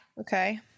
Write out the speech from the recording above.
okay